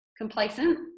complacent